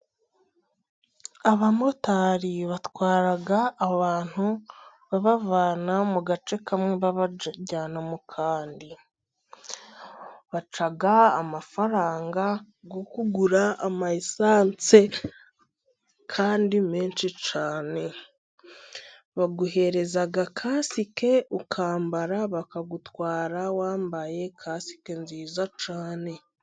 Abamotari batwara abantu babavana mu gace kamwe babajyana mu kandi. Baca amafaranga yo kugura esanse kandi menshi cyane. Baguhereza kasike ukambara bakagutwara wambaye kasike nziza cyane.